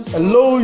Hello